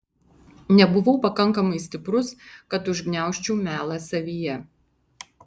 nebuvau pakankamai stiprus kad užgniaužčiau melą savyje